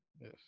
yes